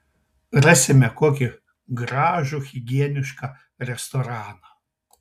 rasime kokį gražų higienišką restoraną